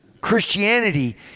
Christianity